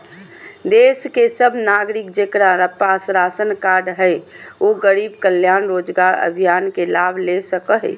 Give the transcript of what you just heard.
देश के सब नागरिक जेकरा पास राशन कार्ड हय उ गरीब कल्याण रोजगार अभियान के लाभ ले सको हय